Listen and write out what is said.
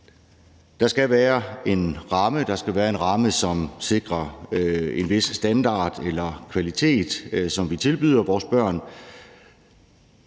Der skal være en ramme, som sikrer en vis standard eller kvalitet, som vi tilbyder vores børn,